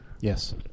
yes